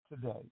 today